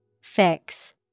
Fix